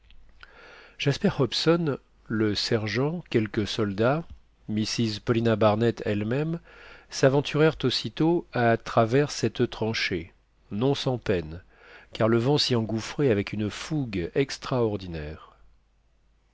jasper hobson le sergent quelques soldats mrs paulina barnett elle-même s'aventurèrent aussitôt à travers cette tranchée non sans peine car le vent s'y engouffrait avec une fougue extraordinaire